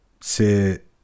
C'est